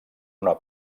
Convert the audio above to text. una